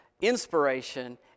inspiration